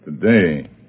today